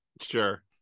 sure